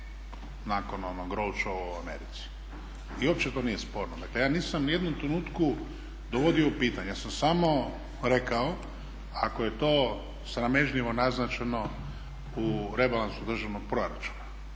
nakon onog … u Americi i uopće to nije sporno. Ja nisam ni u jednom trenutku dovodio u pitanje, ja sam samo rekao ako je to sramežljivo naznačeno u rebalansu državnog proračuna